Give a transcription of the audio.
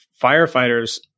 firefighters